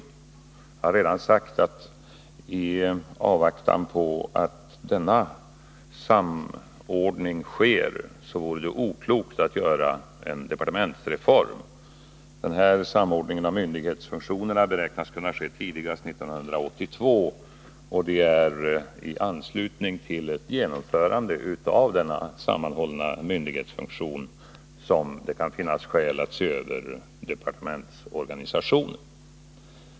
Jag har redan sagt att det, i avvaktan på att denna samordning sker, vore oklokt att göra en departementsreform. Den här samordningen av myndighetsfunktionerna beräknas kunna ske tidigast 1982, och det är i anslutning till ett genomförande av denna sammanhållna myndighetsfunktion som det kan finnas skäl att se över departementsorganisationen.